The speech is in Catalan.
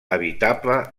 habitable